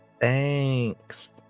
Thanks